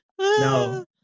No